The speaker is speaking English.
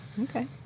Okay